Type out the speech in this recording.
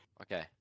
Okay